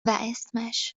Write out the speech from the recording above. اسمش